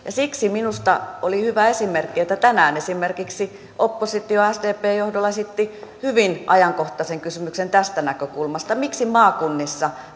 siksi minusta oli hyvä esimerkki että tänään esimerkiksi oppositio sdpn johdolla esitti hyvin ajankohtaisen kysymyksen tästä näkökulmasta miksi maakunnissa